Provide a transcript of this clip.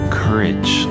courage